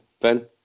Ben